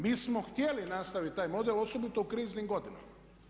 Mi smo htjeli nastaviti taj model, osobito u kriznim godinama.